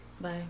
Bye